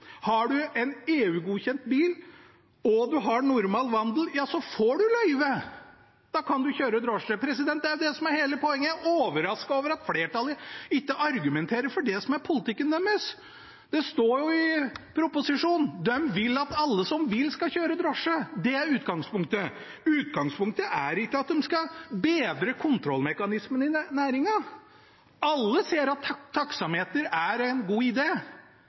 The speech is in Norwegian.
Har du en EU-godkjent bil og normal vandel, ja, så får du løyve. Da kan du kjøre drosje. Det er det som er hele poenget. Jeg er overrasket over at flertallet ikke argumenterer for det som er politikken deres. Det står jo i proposisjonen. De vil at alle som vil, skal få kjøre drosje. Det er utgangspunktet. Utgangspunktet er ikke at de skal bedre kontrollmekanismene i næringen. Alle ser at taksameter er en god